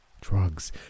Drugs